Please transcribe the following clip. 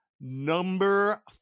Number